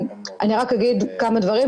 אני רק אגיד כמה דברים.